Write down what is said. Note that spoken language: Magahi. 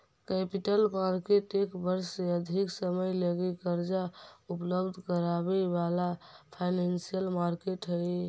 कैपिटल मार्केट एक वर्ष से अधिक समय लगी कर्जा उपलब्ध करावे वाला फाइनेंशियल मार्केट हई